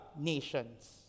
nations